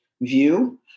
view